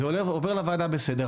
זה עובר לוועדה בסדר,